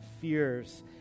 fears